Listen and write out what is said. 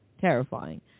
terrifying